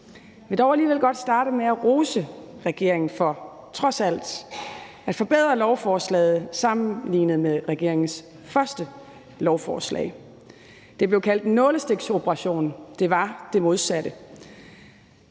Vi vil dog alligevel godt starte med at rose regeringen for trods alt at forbedre lovforslaget sammenlignet med regeringens første lovforslag. Det blev kaldt en nålestiksoperation, men det var det modsatte.